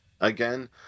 again